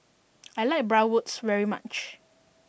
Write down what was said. I like Bratwurst very much